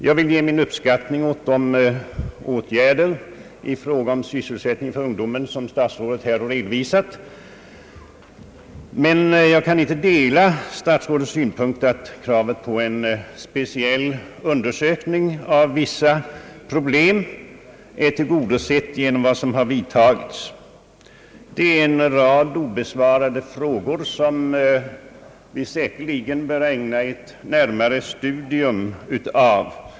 Jag vill ge min uppskattning åt de åtgärder i fråga om sysselsättning för ungdomen som statsrådet har redovisat, men jag kan inte dela statsrådets synpunkt att kravet på en speciell undersökning av vissa problem är tillgodosett genom de åtgärder som vidtagits. Det är en rad obesvarade frågor som vi säkerligen bör studera närmare.